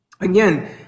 Again